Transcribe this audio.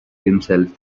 himself